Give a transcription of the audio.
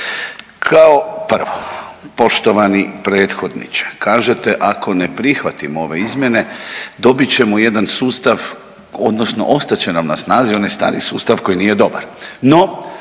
Kao prvo poštovani prethodniče kažete ako ne prihvatimo ove izmjene dobit ćemo jedan sustav odnosno ostat će nam na snazi onaj stari sustav koji nije dobar.